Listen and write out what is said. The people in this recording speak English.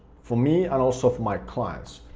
for me and also for my clients.